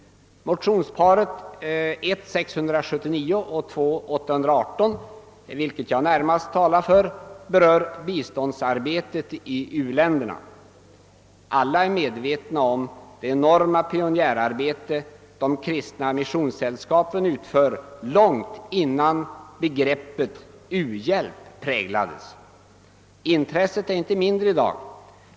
Motionsparet 1:679 och II: 818, som jag närmast talar för, berör biståndsarbetet i u-länderna. Alla är medvetna om det enorma pionjärarbete de kristna missionssällskapen utfört långt innan begreppet u-hjälp präglades. Intresset är icke mindre i dag.